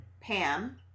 Pam